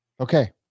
okay